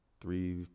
three